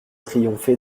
triompher